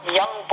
young